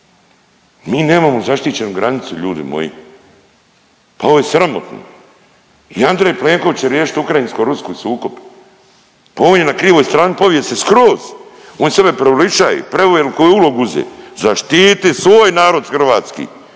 Mi nemamo zaštićenu granicu ljudi moji. Pa ovo je sramotno. I Andrej Plenković će riješit ukrajinsko-ruski sukob. Pa on je na krivoj strani povijesti skroz. On sebe preuveličaje i preveliku je ulogu uzeo. Zaštiti svoj narod Hrvatski.